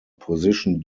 position